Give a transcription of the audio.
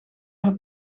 haar